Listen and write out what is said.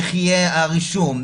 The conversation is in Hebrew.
איך יהיה הרישום,